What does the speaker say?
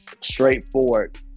straightforward